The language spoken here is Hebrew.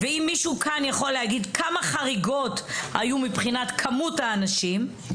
האם מישהו כאן יכול להגיד כמה חריגות היו מבחינת כמות האנשים?